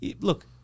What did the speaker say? Look